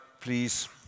please